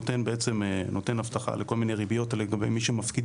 נותן הבטחה לכל מיני ריביות לגבי מי שמפקיד